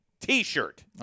T-shirt